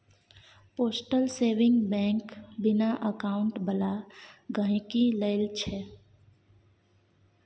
postal saving bank बिना account बला गहिंकी लेल छै